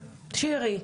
שירי,